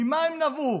ממה הן נבעו?